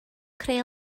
creu